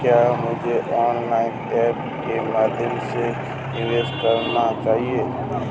क्या मुझे online apps के माध्यम से निवेश करना चाहिए?